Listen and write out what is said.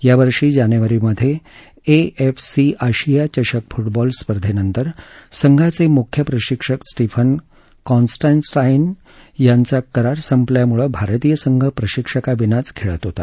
या वर्षी जानेवारीमध्ये ए एफ सी आशिया चषक फुटबॉल स्पर्धेनंतर संघाचे मुख्य प्रशिक्षक स्टीफन कॉन्स्टन्टाईन यांचा करार संपल्यामुळे भारतीय संघ प्रशिक्षकाविनाच खेळत होता